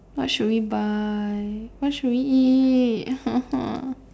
what should we buy what should we eat